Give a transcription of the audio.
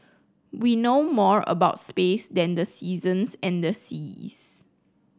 we know more about space than the seasons and the seas